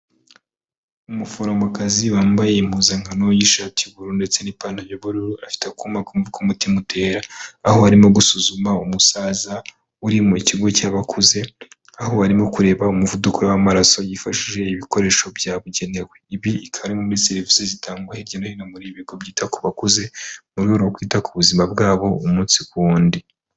Umuforomokazi wambaye impuzankano y'ishati y'ubururu ndetse n'ipantaro y'ubururu afite akuma kumva ko umutima utera aho arimo gusuzuma umusaza uri mu kigo cy'abakuze aho barimo kureba umuvuduko w'amaraso yifashishije ibikoresho byabugenewe ibi ikaba iri muri serivisi zitangwa hirya no hino mu bigo byita ku bakuze burimo kwita ku buzima bwabo umunsi ku wundi.